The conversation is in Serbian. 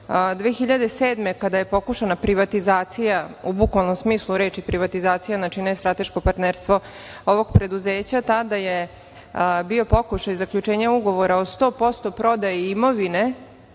2007. kada je pokušana privatizacija u bukvalnom smislu reči privatizacija, ne strateško partnerstvo, ovog preduzeća, tada je bio pokušaj zaključenja ugovora o sto posto prodaji imovine,